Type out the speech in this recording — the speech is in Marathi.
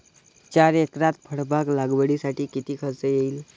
चार एकरात फळबाग लागवडीसाठी किती खर्च येईल?